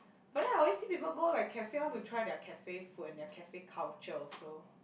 but then I always see people go like cafe want to try their cafe food and cafe culture also